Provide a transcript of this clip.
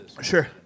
Sure